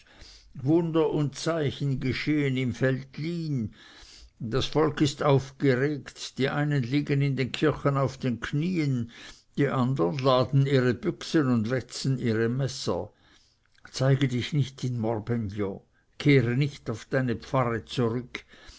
wunder und zeichen geschehen im veltlin das volk ist aufgeregt die einen liegen in den kirchen auf den knieen die andern laden ihre büchsen und wetzen ihre messer zeige dich nicht in morbegno kehre nicht auf deine pfarre zurück